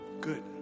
Good